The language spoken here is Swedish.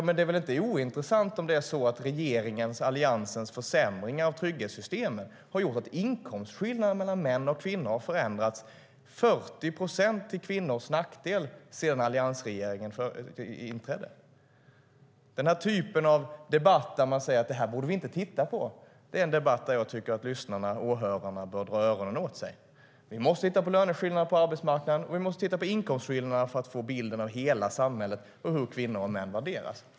Men det är väl inte ointressant om regeringens och Alliansens försämringar av trygghetssystemen har gjort att inkomstskillnaderna mellan män och kvinnor har förändrats 40 procent till kvinnors nackdel sedan alliansregeringen tillträdde? Den typ av debatt där man säger "Detta borde vi inte titta på" är en debatt där jag tycker att åhörarna bör dra öronen åt sig. Vi måste titta på löneskillnaderna på arbetsmarknaden, och vi måste titta på inkomstskillnaderna för att få bilden av hela samhället och hur kvinnor och män värderas.